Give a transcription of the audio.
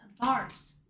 bars